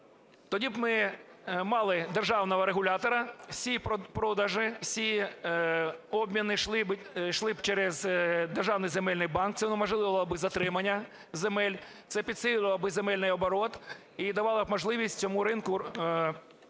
Тоді б ми мали державного регулятора, всі продажі, всі обміни йшли б через державний земельний банк. Це унеможливило затримання земель, це підсилило б земельний оборот і давало можливість цьому ринку розвиватися